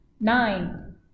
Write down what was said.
Nine